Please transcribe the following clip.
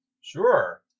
Sure